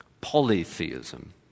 polytheism